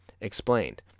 explained